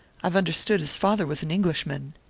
i have understood his father was an englishman.